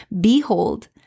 Behold